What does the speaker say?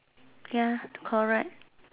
ya correct